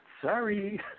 sorry